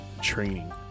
training